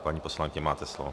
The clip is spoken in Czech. Paní poslankyně, máte slovo.